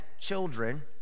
children